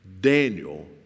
Daniel